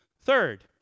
Third